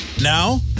Now